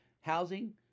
housing